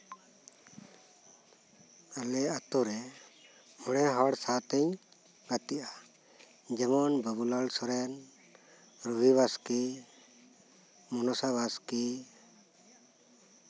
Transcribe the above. ᱟᱞᱮ ᱟᱛᱳ ᱨᱮ ᱢᱚᱬᱮ ᱦᱚᱲ ᱥᱟᱶᱛᱤᱧ ᱜᱟᱛᱮᱜᱼᱟ ᱡᱮᱢᱚᱱ ᱵᱟᱵᱩᱞᱟᱞ ᱥᱚᱨᱮᱱ ᱨᱚᱵᱤ ᱵᱟᱥᱠᱮ ᱢᱚᱱᱚᱥᱟ ᱵᱟᱥᱠᱤ